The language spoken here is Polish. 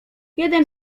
jeden